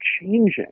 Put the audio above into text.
changing